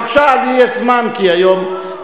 בבקשה, לי יש זמן, כי היום,